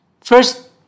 First